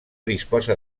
disposa